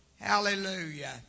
Hallelujah